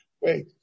Wait